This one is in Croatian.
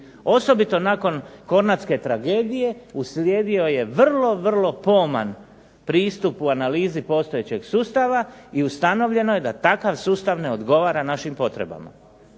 Osobito nakon Kornatske tragedije uslijedio je vrlo, vrlo poman pristup analizi postojećeg sustava i ustanovljeno je da takav sustav ne odgovara našim potrebama.